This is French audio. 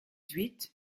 huit